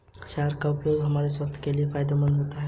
शहद का उपयोग हमारे स्वास्थ्य के लिए फायदेमंद होता है